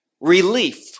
relief